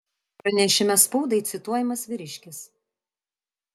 pranešime spaudai cituojamas vyriškis